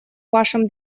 вашем